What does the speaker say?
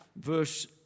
verse